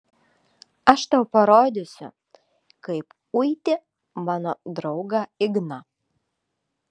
aš tau parodysiu kaip uiti mano draugą igną